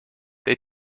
they